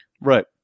Right